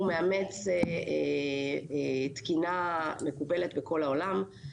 הוא מאמץ תקינה מקובלת בכל העולם.